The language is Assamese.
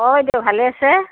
অ বাইদেউ ভালে আছে